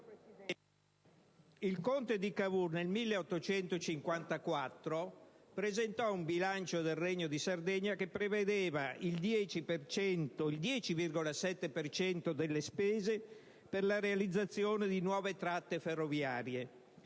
il Conte di Cavour nel 1854 presentò un bilancio del Regno di Sardegna che prevedeva di destinare il 10,7 per cento delle spese alla realizzazione di nuove tratte ferroviarie.